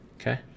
Okay